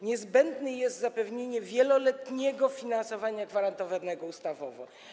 Niezbędne jest zapewnienie wieloletniego finansowania gwarantowanego ustawowo.